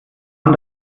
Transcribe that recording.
man